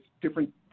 different